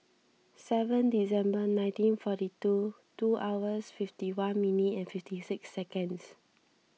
seven December nineteen forty two two hours fifty one minute and fifty six seconds